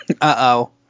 Uh-oh